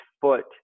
foot